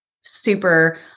super